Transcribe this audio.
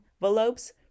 envelopes